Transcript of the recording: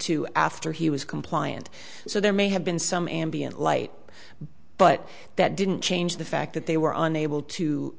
to after he was compliant so there may have been some ambient light but that didn't change the fact that they were unable to